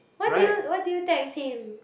what do you what do you text him